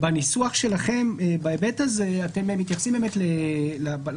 בניסוח שלכם בהיבט הזה אתם מתייחסים בחלופה